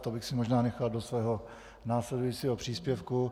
To bych si možná nechal do svého následujícího příspěvku.